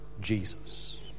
Jesus